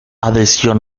adhesión